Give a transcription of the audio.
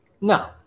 No